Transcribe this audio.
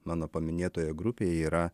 mano paminėtoje grupėje yra